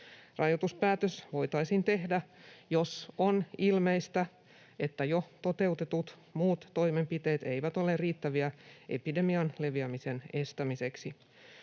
Rajoituspäätös voitaisiin tehdä, jos on ilmeistä, että jo toteutetut muut toimenpiteet eivät ole riittäviä epidemian leviämisen estämiseksi.